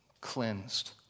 cleansed